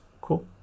Cool